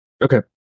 okay